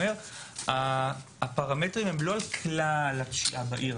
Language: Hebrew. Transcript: אחד, הפרמטרים הם לא כלל הפשיעה בעיר.